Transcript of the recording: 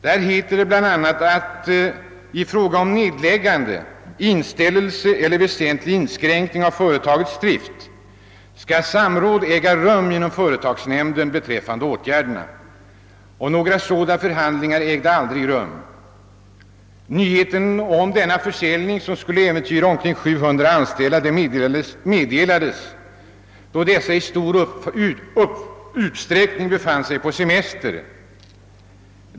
Där heter det bland annat att »——— i fråga om nedläggande, inställelse eller väsentlig inskränkning av företagets drift skall samråd äga rum inom företagsnämnden beträffande åtgärderna.» Några sådana förhandlingar ägde aldrig rum. Nyheten om försäljningen, som kom att äventyra omkring 700 anställdas arbete, meddelades då dessa i stor utsträckning befann sig på semester.